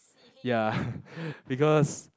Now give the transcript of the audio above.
ya because